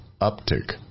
uptick